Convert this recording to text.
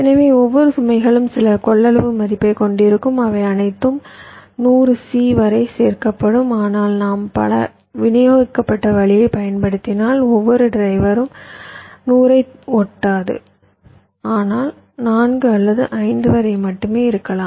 எனவே ஒவ்வொரு சுமைகளும் சில கொள்ளளவு மதிப்பைக் கொண்டிருக்கும் அவை அனைத்தும் 100c வரை சேர்க்கப்படும் ஆனால் நாம் பல விநியோகிக்கப்பட்ட வழியைப் பயன்படுத்தினால் ஒவ்வொரு டிரைவரும் 100 ஐ ஓட்டாது ஆனால் 4 அல்லது 5 வரை மட்டுமே இருக்கலாம்